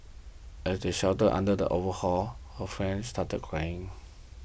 as they sheltered under the overhang her friend started crying